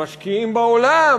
המשקיעים בעולם,